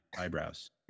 eyebrows